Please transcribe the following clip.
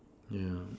yeah